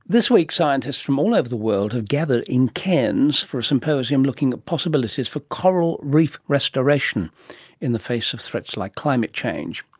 this week, scientists from all over the world have gathered in cairns for a symposium looking at possibilities for coral reef restoration in the face of threats like climate change.